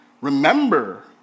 remember